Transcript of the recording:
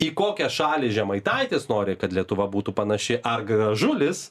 į kokią šalį žemaitaitis nori kad lietuva būtų panaši ar gražulis